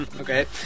Okay